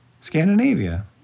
Scandinavia